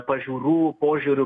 pažiūrų požiūrių